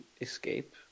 escape